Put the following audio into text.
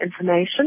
information